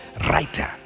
writer